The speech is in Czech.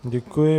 Děkuji.